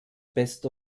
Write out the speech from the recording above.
best